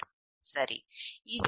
எனவே இது 369